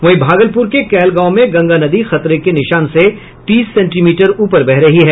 वहीं भागलपुर के कहलगांव में गंगा नदी खतरे के निशान से तीस सेंटीमीटर ऊपर बह रही है